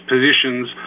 positions